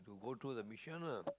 to go through the mission lah